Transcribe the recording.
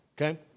okay